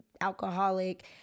alcoholic